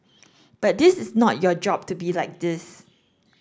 but this is not your job to be like this